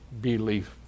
belief